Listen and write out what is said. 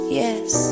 yes